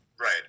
Right